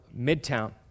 Midtown